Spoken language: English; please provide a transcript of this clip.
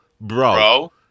Bro